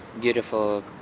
beautiful